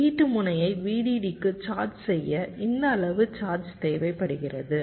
வெளியீட்டு முனையை VDD க்கு சார்ஜ் செய்ய இந்த அளவு சார்ஜ் தேவைப்படுகிறது